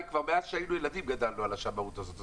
מאז שהיינו ילדים גדלנו על השמאות הזאת.